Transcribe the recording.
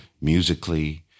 musically